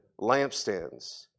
lampstands